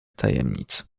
tajemnic